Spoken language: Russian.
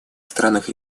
странах